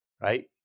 right